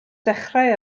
dechrau